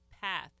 path